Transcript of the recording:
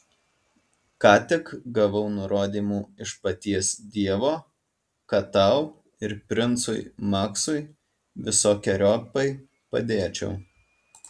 ką tik gavau nurodymų iš paties dievo kad tau ir princui maksui visokeriopai padėčiau